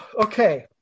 Okay